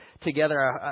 together